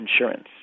insurance